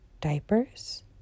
diapers